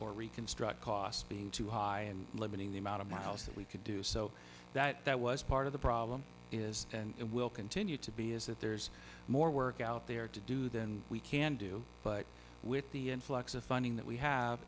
or reconstruct cost being too high and limiting the amount of malice that we could do so that was part of the problem is and will continue to be is that there's more work out there to do than we can do but with the influx of funding that we have